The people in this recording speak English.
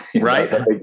right